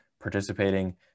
participating